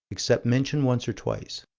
except mention once or twice.